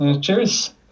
Cheers